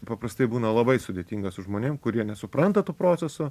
paprastai būna labai sudėtinga su žmonėm kurie nesupranta tų procesų